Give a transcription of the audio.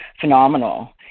phenomenal